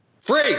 free